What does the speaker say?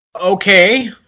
Okay